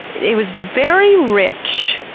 it was very rich.